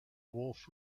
wolf